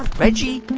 reggie,